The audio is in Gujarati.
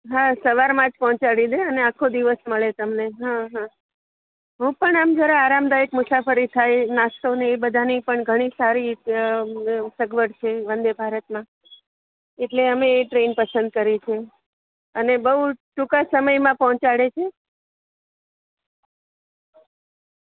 હા સવારમાં જ પહોંચાડી દે અને આખો દિવસ મળે તમને હું પણ આમ જરા આરામદાયક મુસાફરી થાય નાસ્તો ને એ બધાની પણ ઘણી સારી સગવડ છે વંદે ભારતમાં એટલે અમે એ ટ્રેન પસંદ કરી છે અને બહુ જ ટૂંકા સમયમાં પહોંચાડે છે